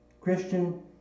Christian